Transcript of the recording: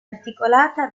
articolata